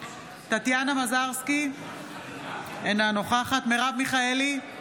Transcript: טטיאנה מזרסקי, אינה נוכחת מרב מיכאלי,